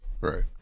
Right